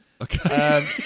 Okay